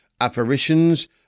Apparitions